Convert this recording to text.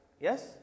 Yes